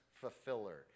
fulfiller